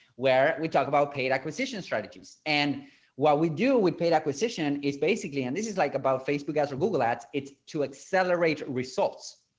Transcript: where we talked about paid acquisition strategies. and what we do with paid acquisition is basically and this is like about facebook ads or google ads, it's to accelerate results.